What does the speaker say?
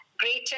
greater